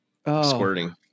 squirting